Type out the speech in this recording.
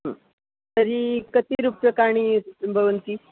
तर्हि कति रूप्यकाणि भवन्ति